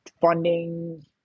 funding